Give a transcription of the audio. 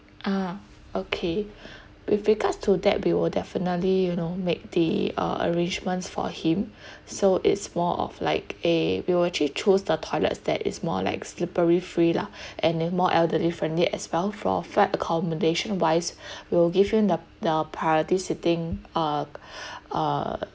uh okay with regards to that we will definitely you know make the uh arrangements for him so it's more of like a we will actually choose the toilets that is more like slippery free lah and then more elderly friendly as well for flight accommodation wise will give him the the priority seating uh uh